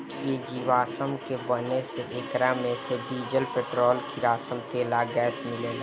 इ जीवाश्म के बने से एकरा मे से डीजल, पेट्रोल, किरासन तेल आ गैस मिलेला